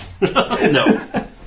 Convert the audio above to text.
No